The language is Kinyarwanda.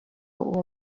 uwo